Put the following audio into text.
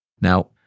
Now